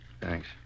Thanks